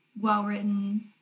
Well-written